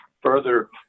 further